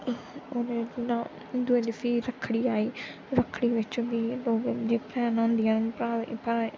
हून जि'यां हिंदुएं दे भी रक्खड़ी आई रक्खड़ी बिच होंदियां जेह्कियां भैनां होंदियां भ्राऽ ई